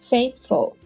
Faithful